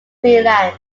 cleland